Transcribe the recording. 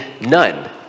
none